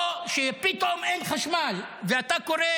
או שפתאום אין חשמל ואתה קורא